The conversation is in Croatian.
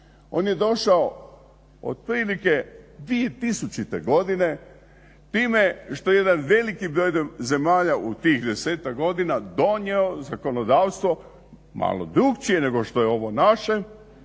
on je došao otprilike 2000. godine time što jedan veliki … zemalja u tih 10-tak godina donio zakonodavstvo malo drukčije nego što je ovo naše,